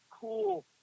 cool